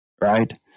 right